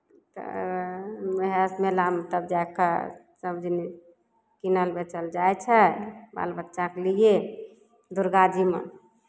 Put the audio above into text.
तऽ उएह मेलामे तब जा कऽ सभचीज कीनल बेचल जाइ छै बाल बच्चाके लिए दुर्गा जीमे